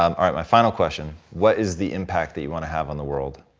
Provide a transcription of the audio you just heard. um all right, my final question. what is the impact that you want to have on the world?